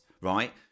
right